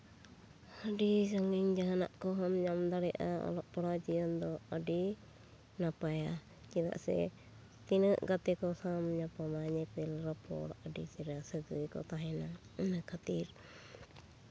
ᱟᱹᱰᱤ ᱥᱟᱺᱜᱤᱧ ᱡᱟᱦᱟᱸᱱᱟᱜ ᱠᱚᱦᱚᱢ ᱧᱟᱢ ᱫᱟᱲᱮᱭᱟᱜᱼᱟ ᱚᱞᱚᱜ ᱯᱟᱲᱦᱟᱣ ᱡᱤᱭᱚᱱ ᱫᱚ ᱟᱹᱰᱤ ᱱᱟᱯᱟᱭᱟ ᱪᱮᱫᱟᱜ ᱥᱮ ᱛᱤᱱᱟᱹᱜ ᱜᱟᱛᱮ ᱠᱚ ᱥᱟᱶᱮᱢ ᱧᱟᱯᱟᱢᱟ ᱧᱮᱯᱮᱞ ᱨᱚᱯᱚᱲ ᱟᱹᱰᱤ ᱪᱮᱨᱦᱟ ᱥᱟᱹᱜᱟᱹᱭ ᱠᱚ ᱛᱟᱦᱮᱱᱟ ᱚᱱᱟ ᱠᱷᱟᱹᱛᱤᱨ